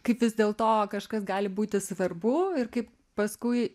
kaip vis dėlto kažkas gali būti svarbu ir kaip paskui